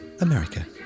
America